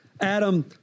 Adam